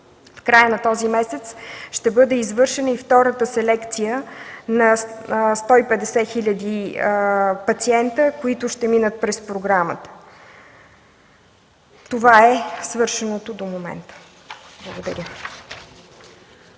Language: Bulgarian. В края на този месец ще бъде извършена и втората селекция на 150 хиляди пациенти, които ще минат през програмата. Това е свършеното до момента. Благодаря.